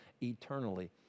eternally